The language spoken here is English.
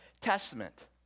Testament